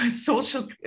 social